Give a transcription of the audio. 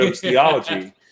theology